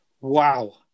Wow